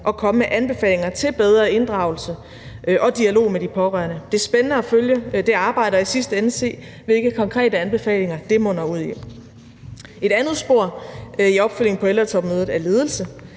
og komme med anbefalinger til bedre inddragelse af og dialog med de pårørende. Det er spændende at følge det arbejde og i sidste ende se, hvilke konkrete anbefalinger det munder ud i. Kl. 11:35 Et andet spor i opfølgningen på ældretopmødet er ledelse.